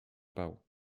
bał